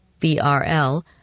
BRL